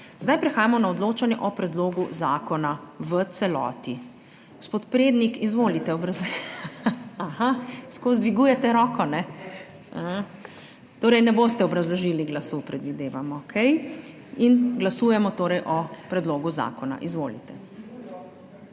Zdaj prehajamo na odločanje o predlogu zakona v celoti. Gospod Prednik, izvolite, aha, skozi dvigujete roko. Torej ne boste obrazložili glasu, predvidevam. Okej. In glasujemo torej o predlogu zakona, izvolite.